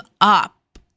up